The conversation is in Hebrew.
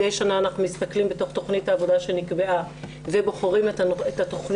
מדי שנה אנחנו מסתכלים בתוך תכנית העבודה שנקבעה ובוחרים את התכניות